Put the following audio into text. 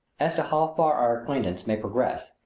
as to how far our acquaintance may progress,